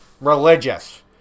religious